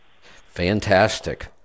Fantastic